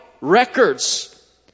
records